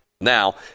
Now